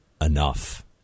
enough